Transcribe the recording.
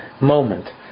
moment